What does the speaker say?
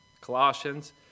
Colossians